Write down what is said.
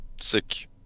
sick